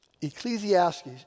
Ecclesiastes